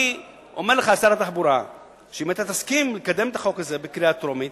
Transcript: אני אומר לך שאם תסכים לקדם את החוק הזה בקריאה הטרומית,